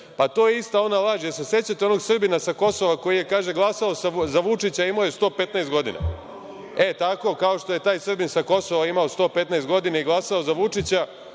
Pa, to je ista ona laž, da li se sećate onog Srbina sa Kosova koji kaže da je glasao za Vučića, a imao je 115 godina. E, tako kao što je taj Srbina sa Kosova imao 115 godina i glasao za Vučića,